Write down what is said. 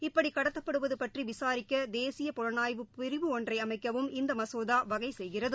இப்படிகட்த்தப்படுவதுபற்றிவிசாரிக்கதேசிய புலனாய்வு புரிவு ஒன்றைஅமைக்கவும் அந்தமசோதாவகைசெய்கிறது